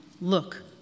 Look